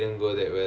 oh ya